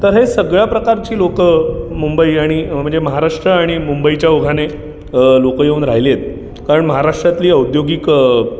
तर हे सगळ्या प्रकारची लोकं मुंबई आणि म्हणजे महाराष्ट्र आणि मुंबईच्या ओघाने लोकं येऊन राहिली आहेत कारण महाराष्ट्रातली औद्योगिक